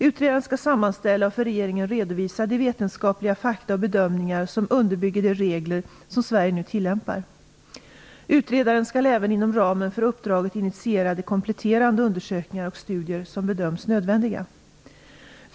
Utredaren skall sammanställa och för regeringen redovisa de vetenskapliga fakta och bedömningar som underbygger de regler som Sverige nu tillämpar. Utredaren skall även inom ramen för uppdraget initiera de kompletterande undersökningar och studier som bedöms nödvändiga.